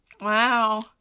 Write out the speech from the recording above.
Wow